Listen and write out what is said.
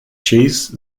chase